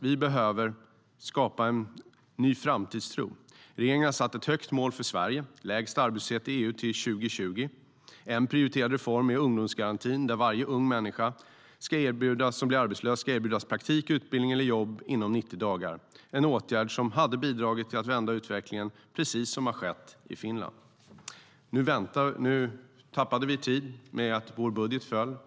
Vi behöver skapa en ny framtidstro. Regeringen har satt ett högt mål för Sverige: lägst arbetslöshet i EU till år 2020. En prioriterad reform är ungdomsgarantin, där varje ung människa som är arbetslös ska erbjudas praktik, utbildning eller jobb inom 90 dagar. Det är en åtgärd som hade bidragit till att vända utvecklingen, precis som har skett i Finland. Nu tappade vi tid genom att vår budget föll.